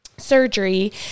surgery